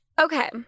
Okay